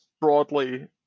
broadly